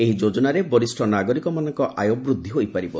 ଏହି ଯୋଜନାରେ ବରିଷ୍ଠ ନାଗରିକମାନଙ୍କ ଆୟ ବୃଦ୍ଧି ହୋଇପାରିବ